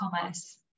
Commerce